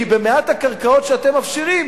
כי במעט הקרקעות שאתם מפשירים,